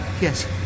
Yes